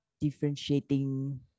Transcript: Differentiating